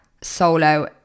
solo